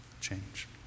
change